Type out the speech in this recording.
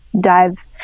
dive